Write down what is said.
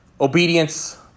obedience